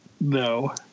No